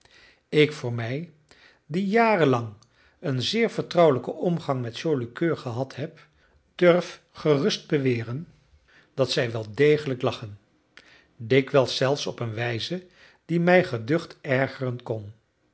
ik voor mij die jarenlang een zeer vertrouwelijken omgang met joli coeur gehad heb durf gerust beweren dat zij wel degelijk lachen dikwijls zelfs op een wijze die mij geducht ergeren kon